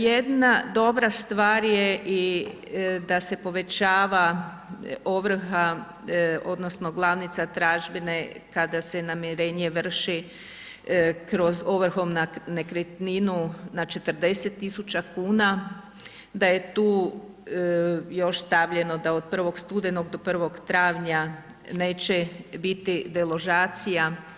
Jedna dobra stvar je da se povećava ovrha odnosno glavnica tražbine kada se namirenje vrši kroz ovrhu na nekretninu na 40 tisuća kuna, da je tu još stavljeno da od 1. studenog do 1. travnja neće biti deložacija.